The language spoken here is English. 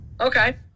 Okay